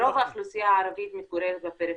רוב האוכלוסייה הערבית מתגוררת בפריפריה,